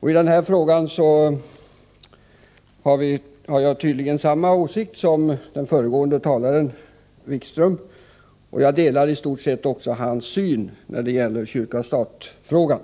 I denna fråga har jag tydligen samma åsikt som den föregående talaren, Wikström. Jag delar i stort sett hans syn när det gäller kyrka-stat-frågan.